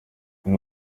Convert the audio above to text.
kuri